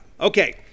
Okay